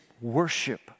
worship